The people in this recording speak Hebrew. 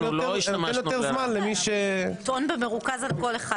אנחנו לא השתמשנו --- הוא טוען במרוכז על כל אחד,